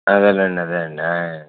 అదేలేండి అదే అండి ఆయ్